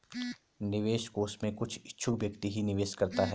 निवेश कोष में कुछ इच्छुक व्यक्ति ही निवेश करता है